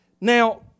Now